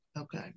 Okay